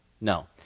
No